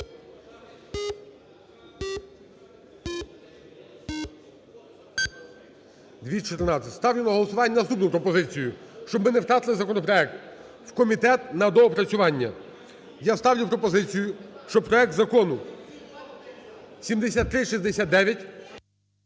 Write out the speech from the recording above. За-214 Ставлю на голосування наступну пропозицію: щоб ми не втратили законопроект, у комітет на доопрацювання. Я ставлю пропозицію, щоб проект закону 7369…